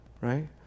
Right